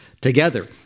together